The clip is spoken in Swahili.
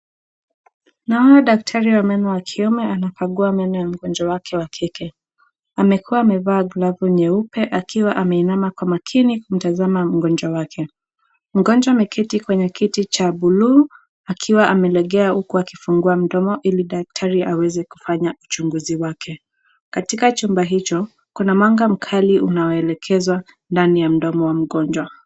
Naona daktari wa meno wa kiume anakagua meno ya mgonjwa wake wa kike. Amekua amevaa glavu nyeupe akiwa ameinama kwa umakini kumtazama mgonjwa wake. Mgonjwa ameketi kwenye kiti cha buluu akiwa amelegea huku akifungua mdomo ili daktari aweze kufanya uchunguzi wake. Katika chumba hicho, kuna mwanga mkali unaoelekezwa ndani ya mdomo wa mgonjwa.